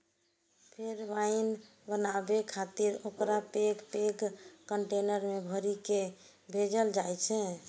फेर वाइन बनाबै खातिर ओकरा पैघ पैघ कंटेनर मे भरि कें भेजल जाइ छै